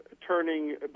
turning